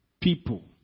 people